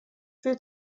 viel